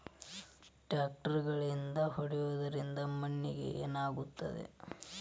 ಟ್ರಾಕ್ಟರ್ಲೆ ಗಳೆ ಹೊಡೆದಿದ್ದರಿಂದ ಮಣ್ಣಿಗೆ ಏನಾಗುತ್ತದೆ?